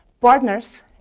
partners